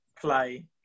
play